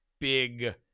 big